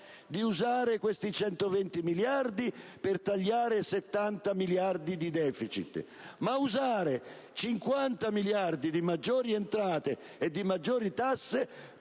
di usare 120 miliardi per tagliare 70 miliardi di deficit; di usare 50 miliardi di maggiori entrate e di maggiori tasse